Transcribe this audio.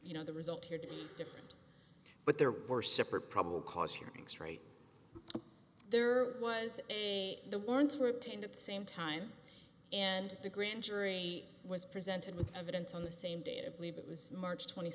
you know the result here to be different but there were separate probable cause hearings right there was a the warrants were obtained at the same time and the grand jury was presented with evidence on the same date of believe it was march twenty